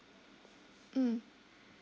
mm